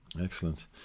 Excellent